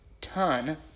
ton